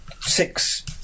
six